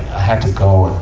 had to go and,